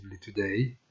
today